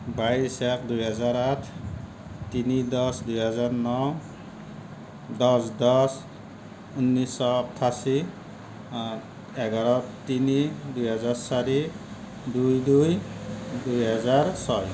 বাইছ এক দুহেজাৰ আঠ তিনি দহ দুহেজাৰ ন দহ দহ ঊনৈছশ আঠাশী এঘাৰ তিনি দুহেজাৰ চাৰি দুই দুই দুহেজাৰ ছয়